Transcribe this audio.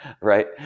right